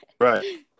right